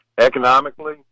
Economically